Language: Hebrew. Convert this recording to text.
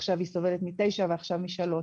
עכשיו היא סובלת מ-9 ועכשיו מ-3.